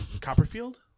Copperfield